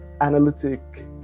analytic